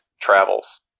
travels